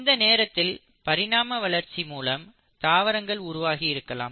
இந்த நேரத்தில் பரிணாம வளர்ச்சி மூலம் தாவரங்கள் உருவாகி இருக்கலாம்